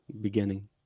beginning